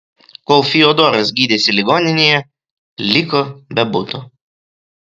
kol fiodoras gydėsi ligoninėje liko be buto